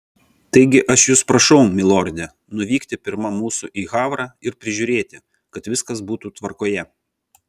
taigi aš jus prašau milorde nuvykti pirma mūsų į havrą ir prižiūrėti kad viskas būtų tvarkoje